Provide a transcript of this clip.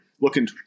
looking